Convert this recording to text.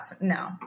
no